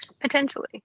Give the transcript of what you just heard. Potentially